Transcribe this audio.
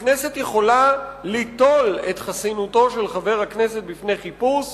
הכנסת יכולה ליטול את חסינותו של חבר הכנסת בפני חיפוש